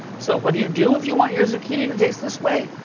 so what do you do if you want your zucchini to taste this way?